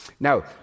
Now